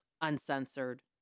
uncensored